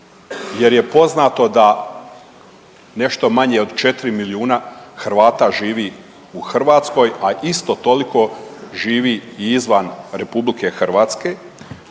jer je poznato da nešto manje od 4 milijuna Hrvata živi u Hrvatskoj, a isto toliko živi i izvan Republike Hrvatske,